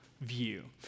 view